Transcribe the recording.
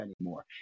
anymore